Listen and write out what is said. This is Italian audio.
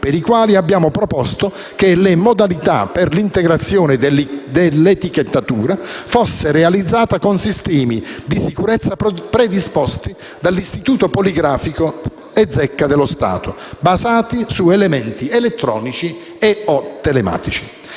per i quali abbiamo proposto che le modalità per l'integrazione dell'etichettatura fosse realizzata con sistemi di sicurezza predisposti dall'Istituto poligrafico e Zecca dello Stato, basati su elementi elettronici o telematici.